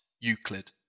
Euclid